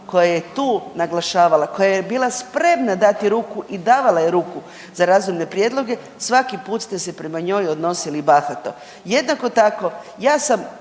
koja je tu naglašavala koja je bila spremna dati ruku i davala je ruku za razumne prijedloge svaki put ste se prema njoj odnosili bahato. Jednako tako ja sam